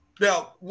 now